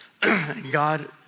God